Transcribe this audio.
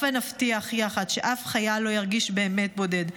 הבה נבטיח יחד שאף חייל לא ירגיש באמת בודד.